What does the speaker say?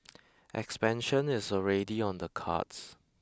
expansion is already on the cards